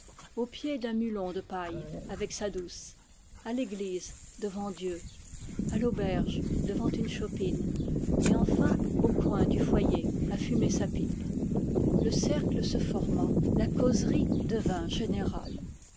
au pied d'un mulon de paille avec sa douce à l'église devant dieu à l'auberge devant une chopine et enfin au coin du foyer à fumer sa pipe le cercle se forma la causerie devint générale